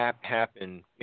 happen